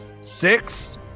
six